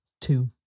Two